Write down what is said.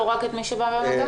לא רק את מי שבא במגע?